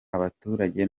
abaturage